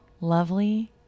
lovely